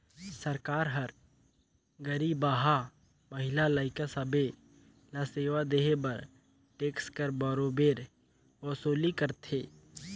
सरकार हर गरीबहा, महिला, लइका सब्बे ल सेवा देहे बर टेक्स कर बरोबेर वसूली करथे